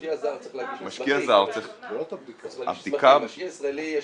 משקיע זר צריך להגיש --- משקיע ישראלי יש